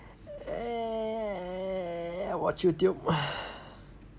watch Youtube